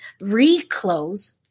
reclose